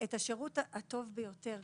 את השירות הטוב ביותר.